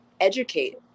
educate